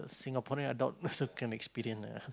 Singaporean adult also can experience ah